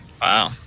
Wow